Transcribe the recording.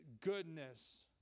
goodness